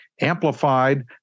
amplified